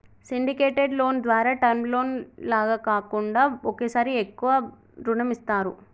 syndicated loan ద్వారా term loan లాగా కాకుండా ఒకేసారి ఎక్కువ రుణం ఇస్తారు